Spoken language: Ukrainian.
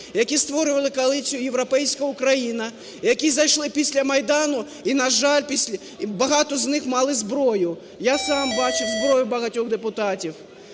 які створювали коаліцію "Європейська Україна", які зайшли після Майдану, багато з них мали зброю. Я сам бачив зброю у багатьох депутатів.